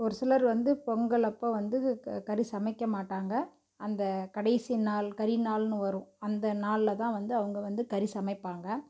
ஒரு சிலர் வந்து பொங்கல் அப்போ வந்து க கறி சமைக்க மாட்டாங்க அந்த கடைசி நாள் கரிநாள்னு வரும் அந்த நாளில் தான் வந்து அவங்க வந்து கறி சமைப்பாங்க